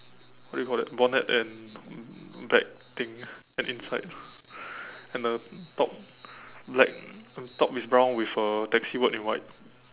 what do you call that bonnet and black thing and inside and the top black top is brown with a taxi word in white